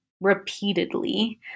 repeatedly